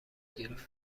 گرفت